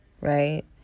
right